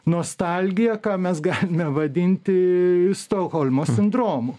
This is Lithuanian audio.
nostalgija ką mes galime vadinti stokholmo sindromu